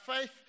faith